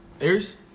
Aries